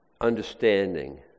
understanding